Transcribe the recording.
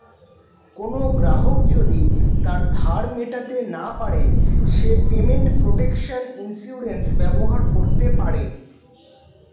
কোনো গ্রাহক যদি তার ধার মেটাতে না পারে সে পেমেন্ট প্রটেকশন ইন্সুরেন্স ব্যবহার করতে পারে